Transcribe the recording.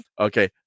Okay